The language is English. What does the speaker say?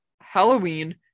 Halloween